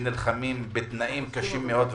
שנלחמים בתנאים קשים מאוד,